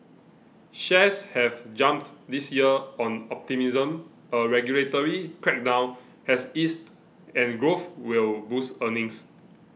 shares have jumped this year on optimism a regulatory crackdown has eased and growth will boost earnings